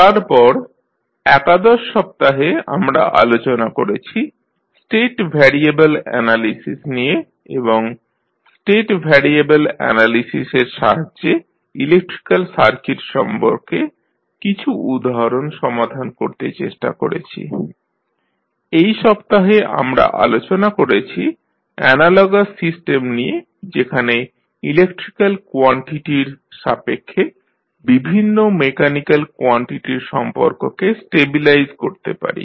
তারপর একাদশ সপ্তাহে আমরা আলোচনা করেছি স্টেট ভ্যারিয়েবেল অ্যানালিসিস নিয়ে এবং স্টেট ভ্যারিয়েবেল অ্যানালিসিসের সাহায্যে ইলেকট্রিক্যাল সার্কিট সম্পর্কে কিছু উদাহরণ সমাধান করতে চেষ্টা করেছি এই সপ্তাহে আমরা আলোচনা করেছি অ্যানালগাস সিস্টেম নিয়ে যেখানে ইলেকট্রিক্যাল কোয়ানটিটির সাপেক্ষে বিভিন্ন মেকানিক্যাল কোয়ানটিটির সম্পর্ককে স্টেবিলাইজ করতে পারি